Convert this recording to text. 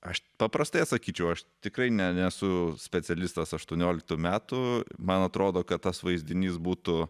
aš paprastai atsakyčiau aš tikrai ne nesu specialistas aštuonioliktų metų man atrodo kad tas vaizdinys būtų